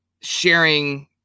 sharing